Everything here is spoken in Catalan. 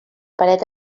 paret